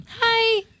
hi